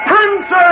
Princess